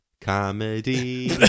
comedy